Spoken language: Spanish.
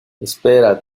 espera